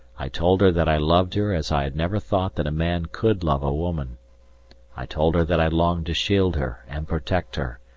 i told her that i loved her as i had never thought that a man could love a woman i told her that i longed to shield her and protect her,